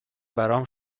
برام